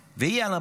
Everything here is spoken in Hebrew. היא אמורה